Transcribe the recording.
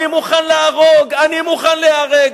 אני מוכן להרוג, אני מוכן ליהרג.